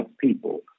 people